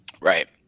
Right